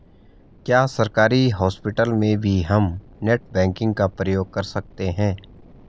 क्या सरकारी हॉस्पिटल में भी हम नेट बैंकिंग का प्रयोग कर सकते हैं?